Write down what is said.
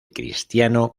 cristiano